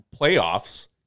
playoffs